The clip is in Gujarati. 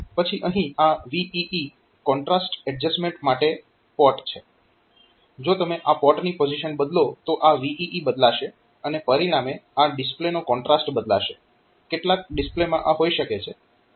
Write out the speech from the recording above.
પછી અહીં આ VEE કોન્ટ્રાસ્ટ એડજસ્ટમેન્ટ માટે પોટ છે જો તમે આ પોટની પોઝીશન બદલો તો આ VEE બદલાશે અને પરિણામે આ ડિસ્પ્લેનો કોન્ટ્રાસ્ટ બદલાશે કેટલાક ડિસ્પ્લેમાં આ હોઈ શકે છે